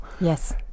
Yes